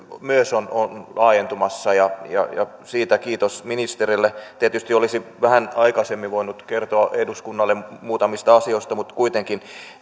on on laajentumassa ja ja siitä kiitos ministerille tietysti olisi vähän aikaisemmin voinut kertoa eduskunnalle muutamista asioista mutta kuitenkin